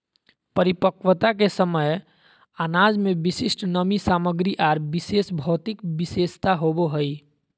परिपक्वता के समय अनाज में विशिष्ट नमी सामग्री आर विशेष भौतिक विशेषता होबो हइ